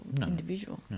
individual